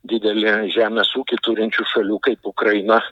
didelį žemės ūkį turinčių šalių kaip ukraina